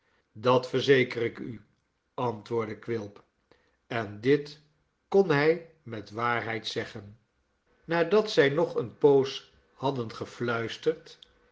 dat verzeker ik u antwoordde quilp en dit kon hij met waarheid zeggen nadat zij nog eene poos hadden